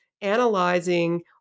analyzing